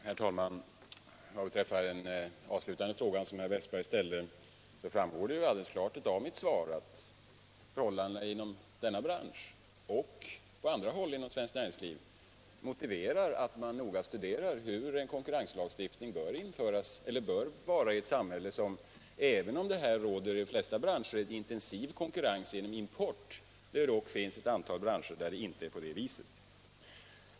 Herr talman! Vad beträffar den avslutande fråga som herr Wästberg i Stockholm ställde framgår det ju alldeles klart av mitt svar att förhållandena inom denna bransch och på andra håll inom svenskt näringsliv motiverar att man noga studerar hur konkurrenslagstiftningen bör vara i ett samhälle där vi även om det i de flesta branscher råder en intensiv konkurrens genom import dock har ett antal branscher där det inte är på det viset.